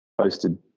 posted